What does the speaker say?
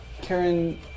Karen